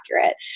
accurate